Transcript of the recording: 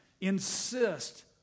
insist